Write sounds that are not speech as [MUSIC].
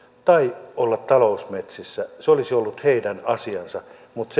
tai olla talousmetsissä olisi ollut heidän asiansa mutta [UNINTELLIGIBLE]